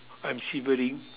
I'm shivering